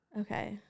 Okay